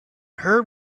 heard